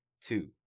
two